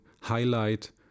highlight